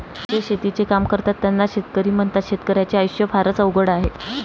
जे शेतीचे काम करतात त्यांना शेतकरी म्हणतात, शेतकर्याच्या आयुष्य फारच अवघड आहे